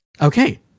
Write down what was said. Okay